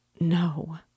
No